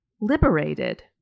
liberated